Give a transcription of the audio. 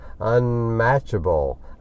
unmatchable